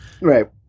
Right